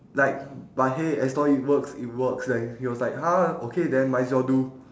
like but hey as long it works it works then he was like !huh! okay then might as well do